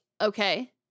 Okay